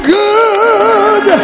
good